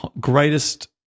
greatest